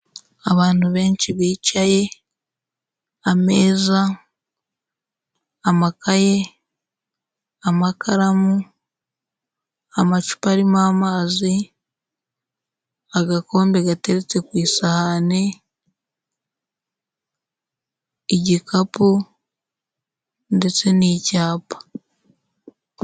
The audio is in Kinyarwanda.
Abantu benshi bicaye, ameza, amakaye, amakaramu, amacupa arimo amazi, agakombe gateretse ku isahani, igikapu ndetse n'icyapa.